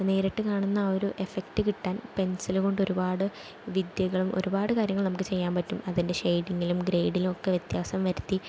നേരിട്ട് കാണുന്ന ആ ഒരു എഫക്ട് കിട്ടാൻ പെൻസില് കൊണ്ട് ഒരുപാട് വിദ്യകളും ഒരുപാട് കാര്യങ്ങൾ നമുക്ക് ചെയ്യാൻ പറ്റും അതിന്റെ ഷേഡിങ്ങിലും ഗ്രേഡിലുമൊക്കെ വ്യത്യാസം വരുത്തി